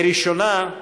לראשונה,